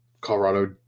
colorado